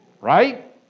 Right